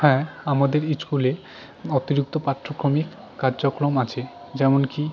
হ্যাঁ আমাদের স্কুলে অতিরিক্ত পাঠ্যক্রমিক কার্যক্রম আছে যেমন কি